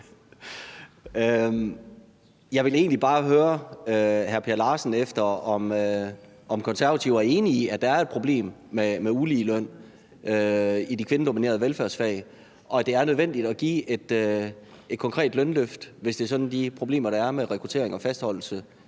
Jeg vil egentlig bare høre hr. Per Larsen, om Konservative er enige i, at der er et problem med uligeløn i de kvindedominerede velfærdsfag, og at det er nødvendigt at give et konkret lønløft, hvis de problemer, der er med rekruttering og fastholdelse,